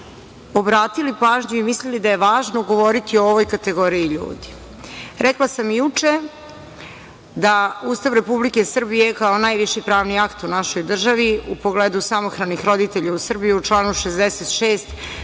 obratili pažnju i mislili da je važno govoriti o ovoj kategoriji ljudi. Rekla sam i juče da Ustav Republike Srbije kao najviši pravni akt u našoj državi u pogledu samohranih roditelja u Srbiji u članu 66.